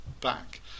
back